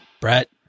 Brett